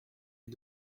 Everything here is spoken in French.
est